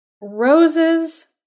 roses